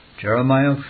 Jeremiah